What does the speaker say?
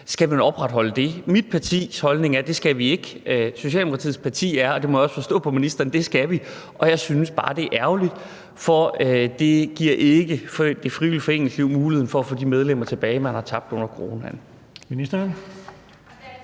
skal opretholde det. Mit partis holdning er, at det skal vi ikke, mens Socialdemokratiets holdning er – det må jeg også forstå på ministeren – at det skal vi, og det synes jeg bare er ærgerligt, for det giver ikke det frivillige foreningsliv mulighed for at få de medlemmer tilbage, man har tabt under coronaen.